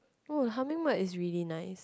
oh the hummingbird is really nice